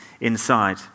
inside